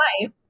life